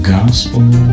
Gospel